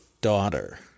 daughter